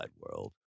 world